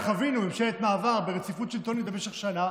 הרי חווינו ממשלת מעבר ברציפות שלטונית במשך שנה.